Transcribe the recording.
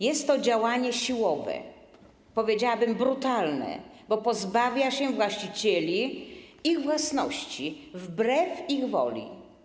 Jest to działanie siłowe, powiedziałabym brutalne, bo pozbawia się właścicieli ich własności wbrew ich woli.